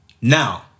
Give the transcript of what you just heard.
Now